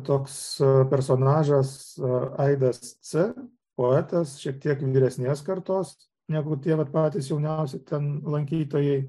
toks personažas aidas c poetas šiek tiek vyresnės kartos negu tie vat patys jauniausi ten lankytojai